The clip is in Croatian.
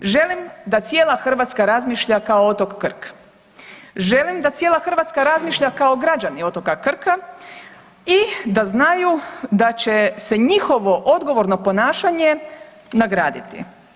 Želim da cijela Hrvatska razmišlja kao otok Krk, želim da cijela Hrvatska razmišlja kao građani otoka Krka i da znaju da će se njihovo odgovorno ponašanje nagraditi.